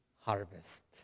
harvest